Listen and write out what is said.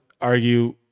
argue